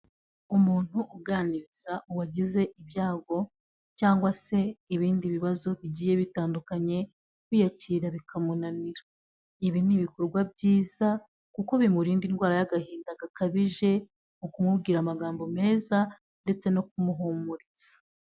Umuntu uganiriza uwagize ibyago cyangwa se ibindi bibazo bigiye bitandukanye kwiyakira bikamunanira. Ibi ni ibikorwa byiza kuko bimurinda indwara y'agahinda gakabije, mu kumubwira amagambo meza ndetse no kumuhumuriza.